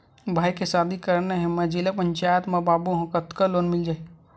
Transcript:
भाई के शादी करना हे मैं जिला पंचायत मा बाबू हाव कतका लोन मिल जाही?